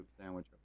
sandwich